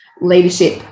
leadership